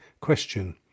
question